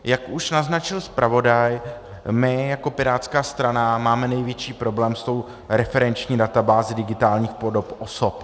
Jak už naznačil zpravodaj, my jako pirátská strana máme největší problém s tou referenční databází digitálních podob osob.